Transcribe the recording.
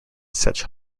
such